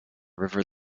river